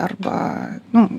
arba nu